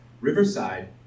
Riverside